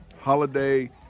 Holiday